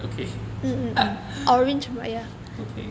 okay okay